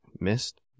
missed